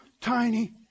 tiny